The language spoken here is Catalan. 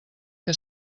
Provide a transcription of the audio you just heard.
que